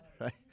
right